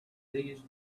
these